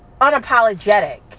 unapologetic